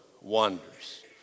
wonders